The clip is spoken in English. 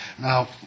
Now